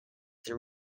their